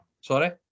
Sorry